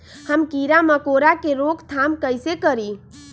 हम किरा मकोरा के रोक थाम कईसे करी?